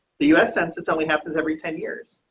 the us census only happens every ten years